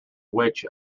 which